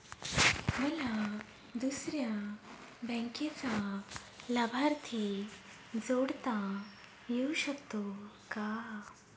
मला दुसऱ्या बँकेचा लाभार्थी जोडता येऊ शकतो का?